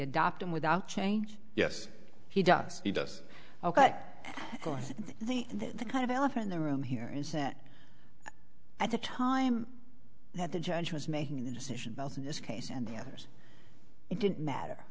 adopt him without change yes he does he does ok the the kind of elephant the room here is set at the time that the judge was making the decision both in this case and the others it didn't matter